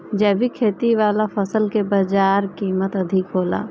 जैविक खेती वाला फसल के बाजार कीमत अधिक होला